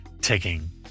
taking